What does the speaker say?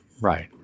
right